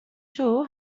çoğu